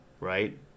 Right